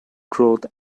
growth